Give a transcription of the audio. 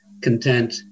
content